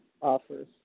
offers